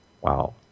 Wow